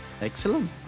Excellent